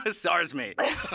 SARS-mate